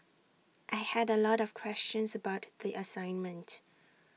I had A lot of questions about the assignment